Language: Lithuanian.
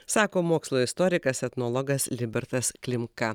sako mokslo istorikas etnologas libertas klimka